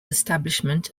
establishment